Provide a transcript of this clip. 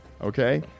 okay